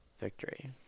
victory